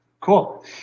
Cool